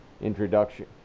introduction